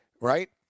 right